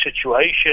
situation